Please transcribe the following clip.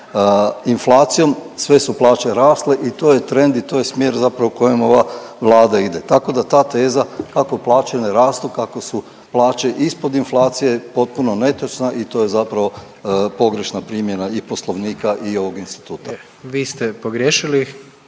inflacijom, sve su plaće rasle i to je trend i to je smjer zapravo u kojem ova Vlada ide, tako da ta teza kako plaće ne rastu, kako su plaće ispod inflacije potpuno netočna i to je zapravo pogrešna primjena i Poslovnika i ovog instituta. **Jandroković,